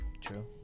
True